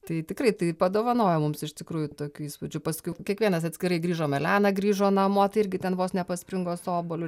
tai tikrai tai padovanojo mums iš tikrųjų tokių įspūdžių paskui kiekvienas atskirai grįžom elena grįžo namo tai irgi ten vos nepaspringo su obuoliu